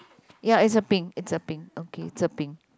ya it's a pink it's a pink okay it's a pink